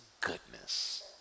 goodness